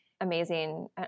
amazing